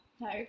no